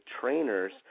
trainers